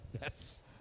yes